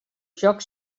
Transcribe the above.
joc